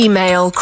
Email